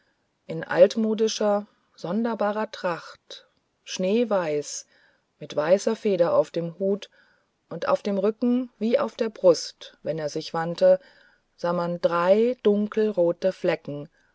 in uraltmodischer sonderbarer tracht schneeweiß mit weißer feder auf dem hut und auf dem rücken wie auf der brust wenn er sich wandte sah man drei dunkle rote flecken